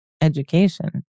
education